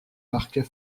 parquet